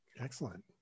Excellent